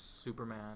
Superman